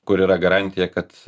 kur yra garantija kad